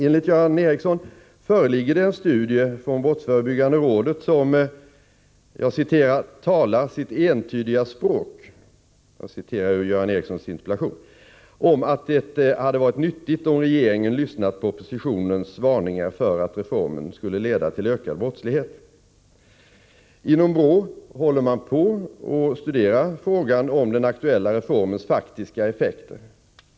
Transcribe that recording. Enligt Göran Ericsson föreligger det en studie från brottsförebyggande rådet som ”talar sitt entydiga språk” om att det hade varit nyttigt om regeringen lyssnat på oppositionens varningar för att reformen skulle leda till ökad brottslighet. Inom BRÅ håller man på att studera frågan om den aktuella reformens faktiska effekter.